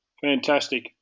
Fantastic